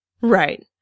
Right